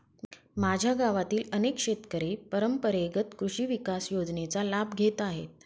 माझ्या गावातील अनेक शेतकरी परंपरेगत कृषी विकास योजनेचा लाभ घेत आहेत